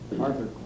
Arthur